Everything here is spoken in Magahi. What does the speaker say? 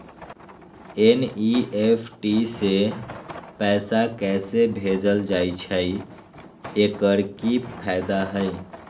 एन.ई.एफ.टी से पैसा कैसे भेजल जाइछइ? एकर की फायदा हई?